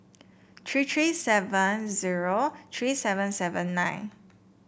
three three seven zero three seven seven nine